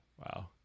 Wow